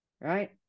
right